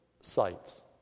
sites